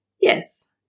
Yes